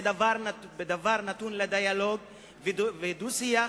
זה דבר שנתון לדיאלוג ולדו-שיח